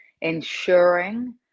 ensuring